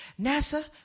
NASA